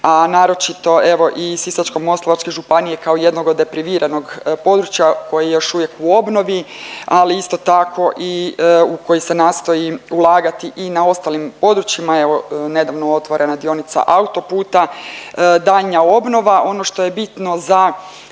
a naročito evo i Sisačko-moslavačke županije kao jednog od depriviranog područja koji je još uvijek u obnovi, ali isto tako i koji se nastoji ulagati i na ostalim područjima. Evo nedavno otvorena dionica autoputa, daljnja obnova. Ono što je bitno za